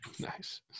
Nice